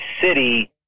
city